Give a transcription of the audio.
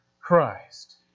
Christ